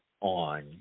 on